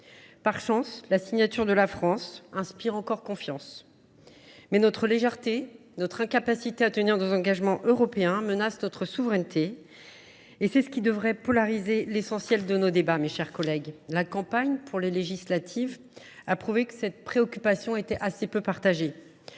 Par chance, la signature de la France inspire encore confiance. Mais notre légèreté et notre incapacité à tenir nos engagements européens menacent notre souveraineté, et c’est ce qui devrait polariser l’essentiel de nos débats, mes chers collègues. La campagne des législatives a prouvé que cette préoccupation était assez peu partagée.